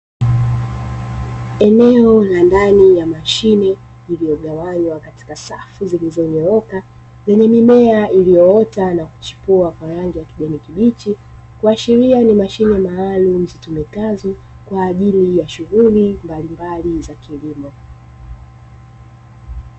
Eneo la ndani ya mashine iliyo gawanywa katika safu zilizonyooka yenye mimea iliyoota na kuchepua kwa rangi ya kijani kibichi. Kuashiria ni mashine maalumu zitumikazo kwa ajili ya shughuli mbalimbali za kilimo.